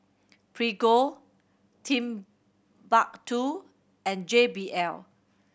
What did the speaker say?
Prego Timbuk Two and J B L